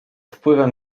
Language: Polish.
wpływem